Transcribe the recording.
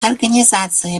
организация